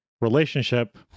relationship